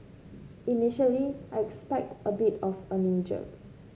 initially I expect a bit of a knee jerk